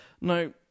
Now